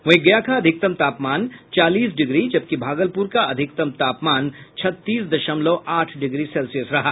वहीं गया का अधिकतम तापमान चालीस डिग्री जबकि भागलपुर का अधिकतम तापमान छत्तीस दशवमलव आठ डिग्री सेल्सियस रहा